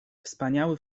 wspaniały